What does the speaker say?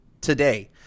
today